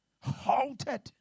halted